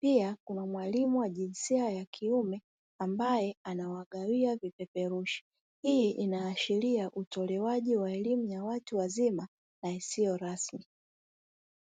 Pia kuna mwalimu wa jinsia ya kiume ambaye anawagawia vipeperushi, hii inaashiria utolewaji wa elimu ya watu wazazi na isiyo rasmi.